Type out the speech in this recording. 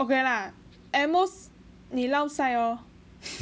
okay lah at most 你 lao sai lor